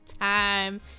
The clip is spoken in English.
time